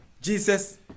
Jesus